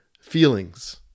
feelings